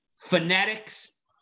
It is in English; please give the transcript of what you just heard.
phonetics